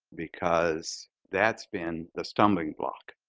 because that's been the stumbling block.